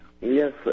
Yes